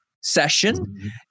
session